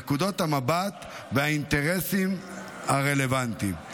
נקודות המבט והאינטרסים הרלוונטיים.